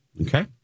okay